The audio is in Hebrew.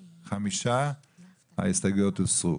5. הצבעה לא אושר ההסתייגויות הוסרו.